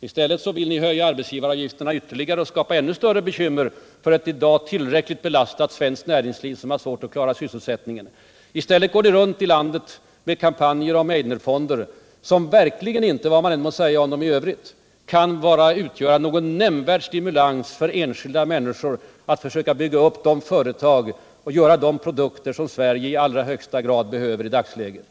I stället vill ni höja arbetsgivaravgifterna ytterligare och skapa ännu större bekymmer för ett i dag tillräckligt belastat svenskt näringsliv som har svårt att klara sysselsättningen. I stället går ni runt i landet med kampanjer om Meidnerfonder, som verkligen inte, vad man än må säga om dem i övrigt, kan utgöra någon nämnvärd stimulans för enskilda människor att försöka bygga upp de företag och göra de produkter som Sverige i allra högsta grad behöver i dagsläget.